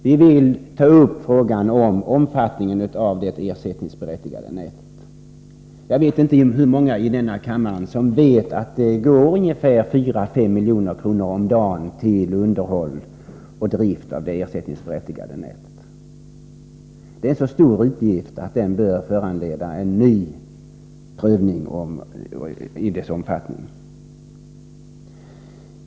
Vi vill då ta upp frågan om omfattningen av det ersättningsberättigade nätet. Jag vet inte hur många i denna kammare som känner till att det går ungefär 4-5 milj.kr. om dagen till underhåll och drift av det ersättningsberättigade nätet. Det är en så stor utgift att den bör föranleda en ny prövning av nätets omfattning.